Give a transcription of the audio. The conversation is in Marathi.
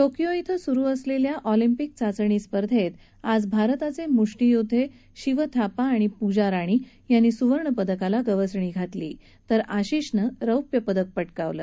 टोकियो इथं सुरु असलेल्या ऑलिंपिक चाचणी स्पर्धेत आज भारताचे मुष्टीयोद्धे शिव थापा आणि पूजा राणी यांनी सुवर्णपदकाला गवसणी घातली तर आशिषनं रौप्य पदक पटकावलं